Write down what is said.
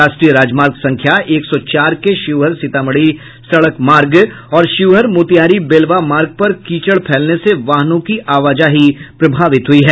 राष्ट्रीय राजमार्ग संख्या एक सौ चार के शिवहर सीतामढ़ी सड़क मार्ग और शिवहर मोतिहारी बेलवा मार्ग पर कीचड़ फैलने से वाहनों की आवाजाही प्रभावित हुई है